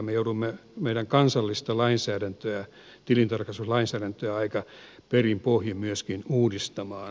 me joudumme meidän kansallista tilintarkastuslainsäädäntöämme aika perin pohjin myöskin uudistamaan